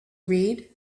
read